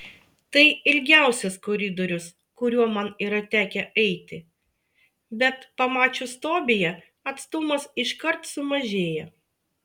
tai ilgiausias koridorius kuriuo man yra tekę eiti bet pamačius tobiją atstumas iškart sumažėja